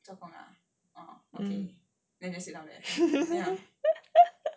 mm